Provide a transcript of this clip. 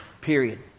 period